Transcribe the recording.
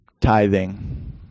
Tithing